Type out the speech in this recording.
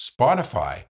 Spotify